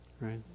right